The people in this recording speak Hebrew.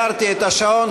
אני עצרתי את השעון.